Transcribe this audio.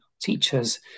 teachers